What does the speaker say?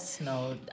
no